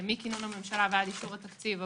אני רוצה להבין מה המשמעות הכספית של כל הדבר הזה.